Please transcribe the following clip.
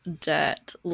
dirt